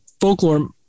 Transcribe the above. folklore